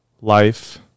life